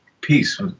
peace